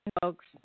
folks